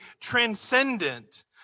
transcendent